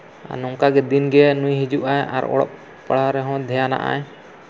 ᱱᱚᱝᱠᱟ ᱜᱮ ᱫᱤᱱ ᱜᱮ ᱱᱩᱭ ᱦᱤᱡᱩᱜ ᱟᱭ ᱟᱨ ᱚᱞᱚᱜ ᱯᱟᱲᱦᱟᱣ ᱨᱮᱦᱚᱸ ᱫᱷᱮᱭᱟᱱᱟᱜ ᱟᱭ